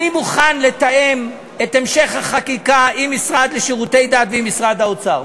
אני מוכן לתאם את המשך החקיקה עם המשרד לשירותי דת ועם משרד האוצר.